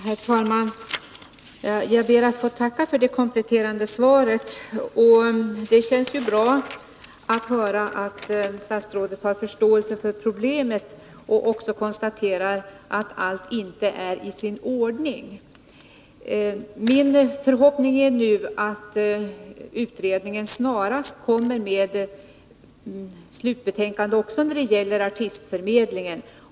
Herr talman! Jag ber att få tacka för det kompletterande svaret. Det känns bra att höra att statsrådet har förståelse för problemet och att han konstaterar att allt inte är i sin ordning. Min förhoppning är nu att utredningen snarast kommer med ett slutbetänkande också när det gäller artistförmedlingen.